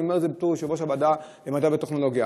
אני אומר את זה בתור יושב-ראש הוועדה למדע וטכנולוגיה,